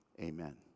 amen